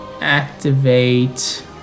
activate